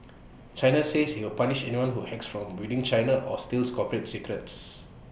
China says IT will punish anyone who hacks from within China or steals corporate secrets